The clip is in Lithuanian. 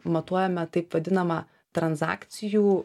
matuojame taip vadinamą transakcijų